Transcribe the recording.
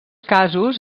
casos